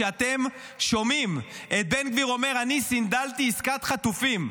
שאתם שומעים את בן גביר אומר: אני סנדלתי עסקת חטופים,